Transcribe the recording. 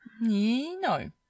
No